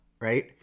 right